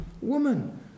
woman